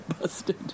Busted